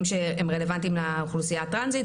שהם רלוונטיים לאוכלוסייה הטרנסית,